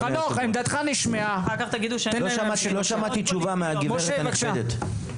חנוך עמדתך נשמעה, משה בבקשה.